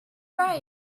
right